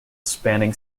spanning